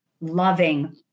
loving